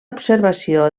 observació